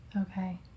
Okay